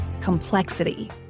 complexity